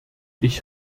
ich